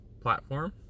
platform